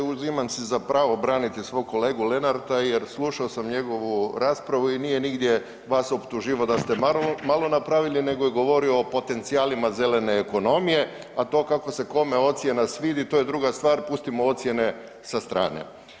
Uzimam si za pravo braniti svog kolegu Lenarta jer slušao sam njegovu raspravu i nije nigdje vas optuživao da ste malo napravili nego je govorio o potencijalima zelene ekonomije, a to kako se kome ocjena svidi to je druga stvar, pustimo ocjene sa strane.